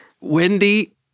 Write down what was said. Wendy